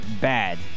bad